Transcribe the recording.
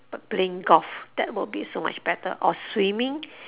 but playing golf that would be so much better or swimming